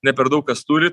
ne per daug kas turi